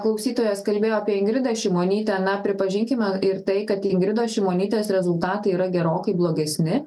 klausytojas kalbėjo apie ingridą šimonytę na pripažinkime ir tai kad ingridos šimonytės rezultatai yra gerokai blogesni